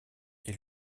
est